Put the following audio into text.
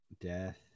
Death